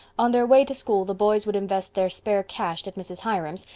on their way to school the boys would invest their spare cash at mrs. hiram's,